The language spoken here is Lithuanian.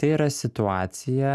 tai yra situacija